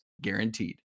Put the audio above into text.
guaranteed